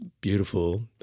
beautiful